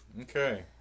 Okay